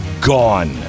gone